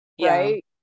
right